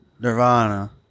Nirvana